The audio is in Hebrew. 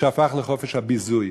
שהפך לחופש הביזוי.